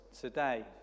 today